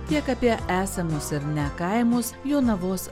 tiek apie esamus ir ne kaimus jonavos